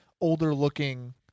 older-looking